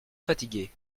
fatigué